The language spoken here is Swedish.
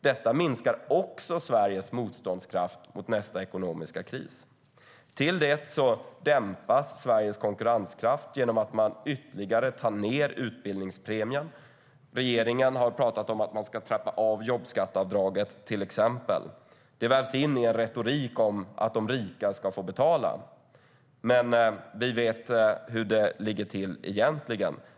Detta minskar Sveriges motståndskraft mot nästa ekonomiska kris. Till det kommer att Sveriges konkurrenskraft dämpas genom att man minskar utbildningspremien ytterligare. Regeringen har pratat om att man ska trappa ned jobbskatteavdraget, till exempel. Det vävs in i en retorik om att de rika ska få betala. Men vi vet hur det egentligen ligger till.